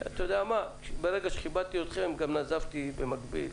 אתה יודע מה, ברגע שכיבדתי אתכם גם נזפתי במקביל